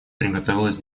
приготовилась